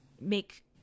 make